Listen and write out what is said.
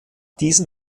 diesem